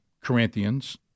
Corinthians